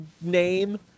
name